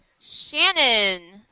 Shannon